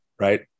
right